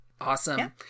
Awesome